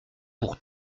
pour